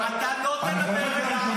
אדוני, לא תדבר.